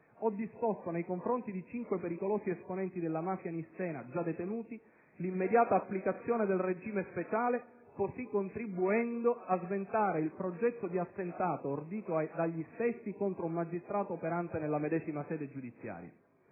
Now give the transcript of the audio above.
ho disposto, nei confronti di cinque pericolosi esponenti della mafia nissena già detenuti, l'immediata applicazione del regime speciale, così contribuendo a sventare il progetto di attentato, ordito dagli stessi, contro un magistrato operante nella medesima sede giudiziaria.